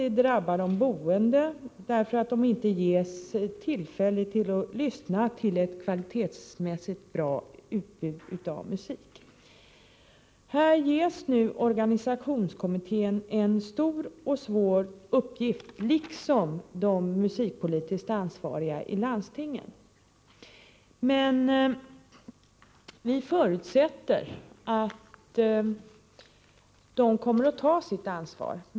Det drabbar de boende, som inte ges tillfälle att lyssna på ett kvalitetsmässigt bra utbud av musik. Här ges nu organisationskommittén en stor och svår uppgift, liksom de musikpolitiskt ansvariga i landstingen. Vi förutsätter att de kommer att ta sitt ansvar.